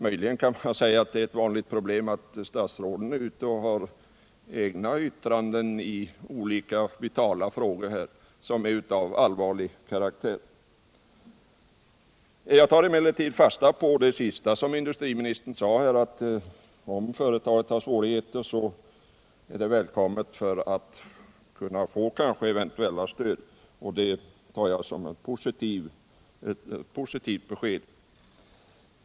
Möjligen kan man säga att det blivit ett vanligt problem att statsråden går ut med egna yttranden i olika vitala frågor av allvarlig karaktär. Jag tar emellertid fasta på det senaste som industriministern sade, att företaget eventuellt kan få stöd om det har svårigheter. Detta tar jag som ett positivt besked.